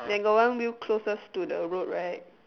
then got one wheel closest to the road right